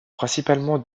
principalement